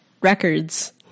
Records